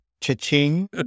cha-ching